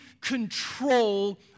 control